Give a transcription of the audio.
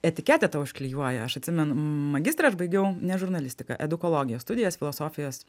etiketę tau užklijuoja aš atsimenu magistrą aš baigiau ne žurnalistiką edukologijos studijas filosofijos